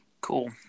Cool